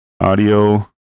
audio